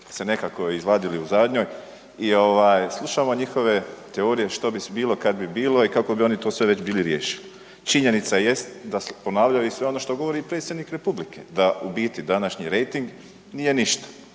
de nekako izvadili u zadnjoj i slušamo njihove teorije što bi bilo kad bi bilo i kako bi oni to sve već bili riješili. Činjenica jest da su ponavljali sve ono što govori i predsjednik Republike, da u biti današnji rejting nije ništa,